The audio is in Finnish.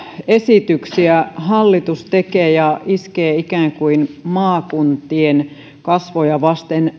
esityksiä hallitus tekee ja iskee ikään kuin märän rätin maakuntien kasvoja vasten